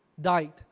died